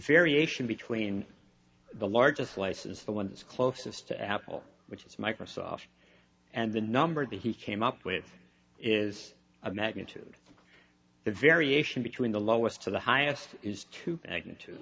variation between the largest license the ones closest to apple which is microsoft and the number the he came up with is a magnitude the variation between the lowest to the highest is to